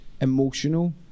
emotional